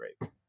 great